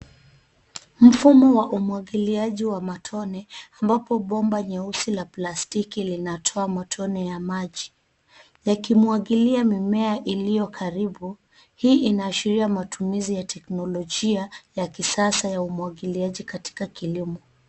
Mfumo wa umwagiliaji wa matone, ambapo bomba nyeusi la plastiki linatoa matone ya maji, yakimwagilia mimea iliyo karibu. Hii inaashiria matumizi ya teknolojia ya kisasa ya umwagiliaji katika kilimo.